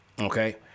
Okay